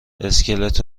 اسکلت